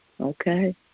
Okay